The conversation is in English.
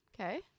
Okay